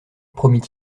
promit